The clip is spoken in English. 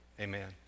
amen